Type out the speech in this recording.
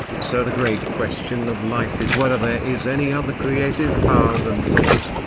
so the great question of life is whether there is any other creative power than thought.